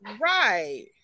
Right